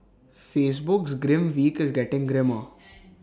Facebook's grim week is getting grimmer